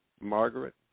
Margaret